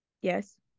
Yes